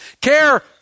Care